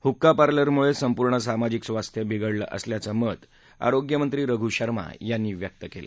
हुक्का पार्लरमुळे संपुर्ण सामाजिक स्वास्थ्य बिघडलं असल्याचं मत आरोष्य मंत्री रघू शर्मा यांनी व्यक्त केलं